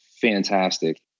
fantastic